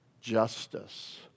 justice